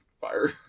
fire